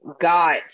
got